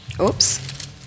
Oops